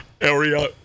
area